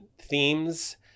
themes